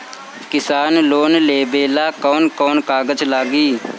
किसान लोन लेबे ला कौन कौन कागज लागि?